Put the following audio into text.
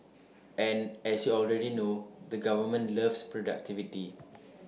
and as you already know the government loves productivity